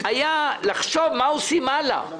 היה לחשוב מה עושים הלאה,